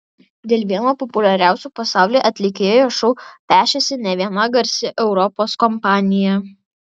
dėl vieno populiariausių pasaulyje atlikėjo šou pešėsi ne viena garsi europos kompanija